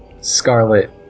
Scarlet